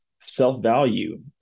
self-value